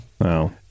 Wow